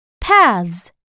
Paths